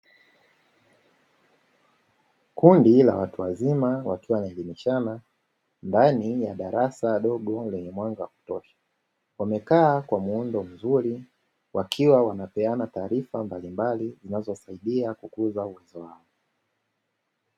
Kundi la watu wazima wakiwa wanajibizana ndani ya darasa dogo lenye mwanga wa kutosha wamekaa kwa muundo mzuri wakiwa wanapeana taarifa mbalimbali zinazosaidia kukuza uwezo wao.